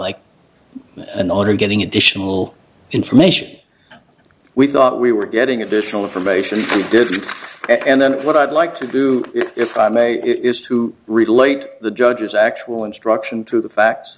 like an order getting additional information we thought we were getting additional information and then what i'd like to do if i may is to relate the judge's actual instruction to the fact